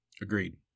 Agreed